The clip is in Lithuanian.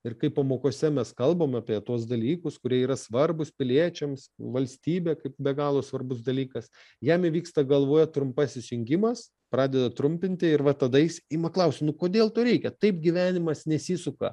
ir kai pamokose mes kalbam apie tuos dalykus kurie yra svarbūs piliečiams valstybė kaip be galo svarbus dalykas jam įvyksta galvoje trumpasis jungimas pradeda trumpinti ir va tada jis ima klausti nu kodėl to reikia taip gyvenimas nesisuka